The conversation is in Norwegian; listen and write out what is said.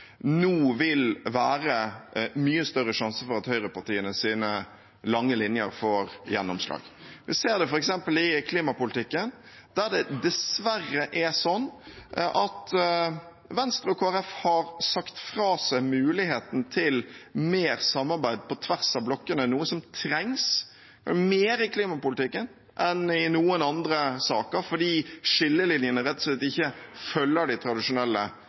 nå vil være mye større sjanse for at høyrepartienes lange linjer får gjennomslag. Vi ser det f.eks. i klimapolitikken, der det dessverre er sånn at Venstre og Kristelig Folkeparti har sagt fra seg muligheten til mer samarbeid på tvers av blokkene, noe som trengs mer i klimapolitikken enn i noen andre saker, fordi skillelinjene rett og slett ikke følger de tradisjonelle